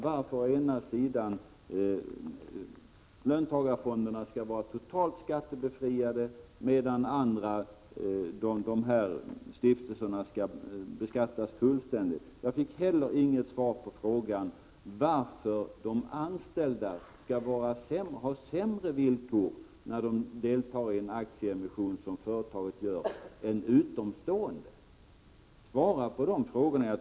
Varför skall löntagarfonderna vara totalt befriade från skatt medan dessa stiftelser skall beskattas fullt ut? Varför skall anställda ha sämre villkor än utomstående när de deltar i en aktieemission som företaget gör? Svara på de frågorna!